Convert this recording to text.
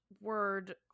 word